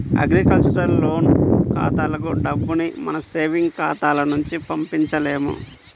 agriculture loan ఖాతాలకు డబ్బుని మన సేవింగ్స్ ఖాతాల నుంచి పంపించలేము